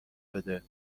بده